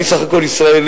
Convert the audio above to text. אני סך הכול ישראלי,